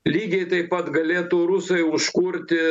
lygiai taip pat galėtų rusai užkurti